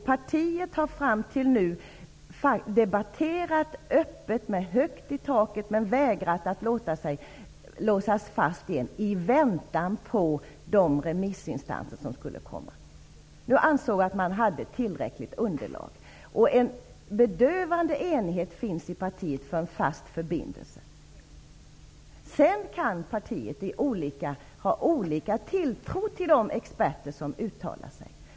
Partiet har fram till nu öppet och med högt i taket debatterat frågan men vägrat att låsa sig fast i en ståndpunkt i väntan på svaren från remissinstanserna. Nu anses ett tillräckligt underlag finnas. Det finns en bedövande enighet i partiet för en fast förbindelse. Vidare kan partiet ha olika tilltro till de experter som har uttalat sig.